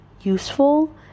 useful